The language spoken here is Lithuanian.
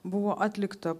buvo atlikta